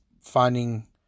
finding